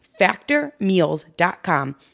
factormeals.com